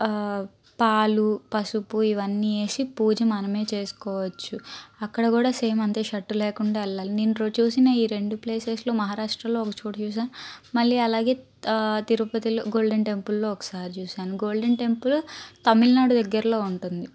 పాలు పసుపు ఇవన్నీ వేసి పూజ మనమే చేసుకోవచ్చు అక్కడ కూడా సేమ్ అంతే షర్టు లేకుండా వెళ్ళాలి నేను రెం చూసిన ఈ రెండు ప్లేసెస్లో మహారాష్ట్రలో ఒక చోటు చూశాను మళ్ళీ అలాగే తిరుపతి గోల్డెన్ టెంపుల్లో ఒకసారి చూసాను గోల్డెన్ టెంపుల్ తమిళనాడు దగ్గరలో ఉంటుంది